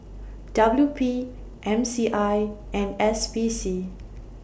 W P M C I and S P C